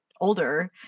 older